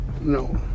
No